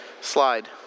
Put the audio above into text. Slide